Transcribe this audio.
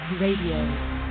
RADIO